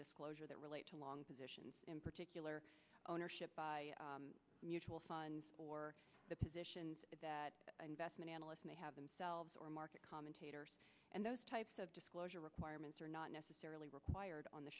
disclosure that relate to long positions in particular ownership by mutual funds or the position that investment analyst may have themselves or market commentators and those types of disclosure requirements are not necessarily required on the